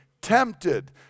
tempted